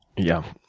yeah.